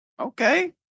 Okay